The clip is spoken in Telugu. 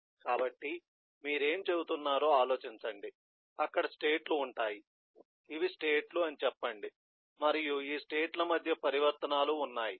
కాబట్టి మీరు ఏమి చెబుతున్నారో ఆలోచించండి అక్కడ స్టేట్ లు ఉంటాయి ఇవి స్టేట్ లు అని చెప్పండి మరియు ఈ స్టేట్ ల మధ్య పరివర్తనాలు ఉన్నాయి